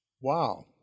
Wow